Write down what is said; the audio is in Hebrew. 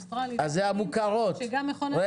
אוסטרלי וכו' שגם מכון התקנים --- אז זה המוכרות.